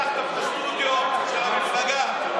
אתה פתחת פה סטודיו של המפלגה.